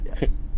yes